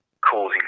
causing